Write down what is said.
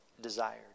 desired